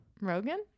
Rogan